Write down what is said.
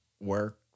work